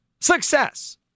success